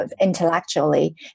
intellectually